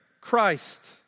Christ